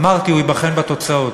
אמרתי, הוא ייבחן בתוצאות.